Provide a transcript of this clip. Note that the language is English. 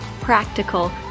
practical